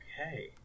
Okay